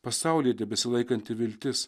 pasaulyje tebesilaikanti viltis